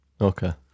Okay